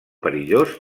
perillós